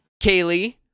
Kaylee